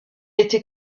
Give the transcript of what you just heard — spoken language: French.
été